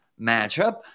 matchup